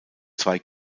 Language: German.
zwei